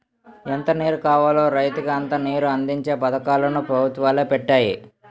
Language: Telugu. ఎంత నీరు కావాలో రైతుకి అంత నీరుని అందించే పథకాలు ను పెభుత్వాలు పెట్టాయి